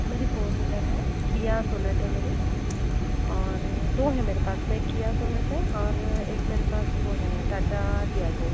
मेरी four wheeler है Kia Sonet है मेरी और दो है मेरे पास में एक किया सोनट है और एक मेरे पास वो है टाटा टियागो